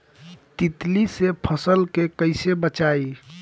तितली से फसल के कइसे बचाई?